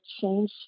change